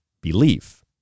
belief